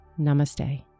namaste